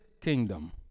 kingdom